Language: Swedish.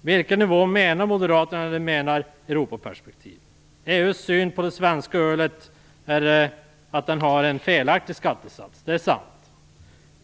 Vilken nivå menar moderaterna när de talar om Europaperspektiv? EU:s syn på det svenska ölet är att det har en felaktig skattesats. Det är sant.